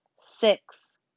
Six